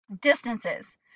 Distances